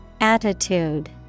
Attitude